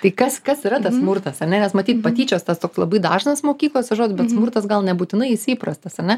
tai kas kas yra tas smurtas ar ne nes matyt patyčios tas toks labai dažnas mokyklose žodis bet smurtas gal nebūtinai jis įprastas ane